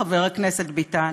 חבר הכנסת ביטן.